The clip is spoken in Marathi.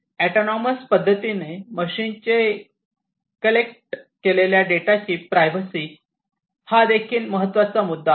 ऑटोनॉमस पद्धतीने मशीनने कलेक्ट केलेल्या डेटाची प्रायव्हसी हा देखील महत्त्वाचा मुद्दा आहे